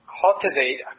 cultivate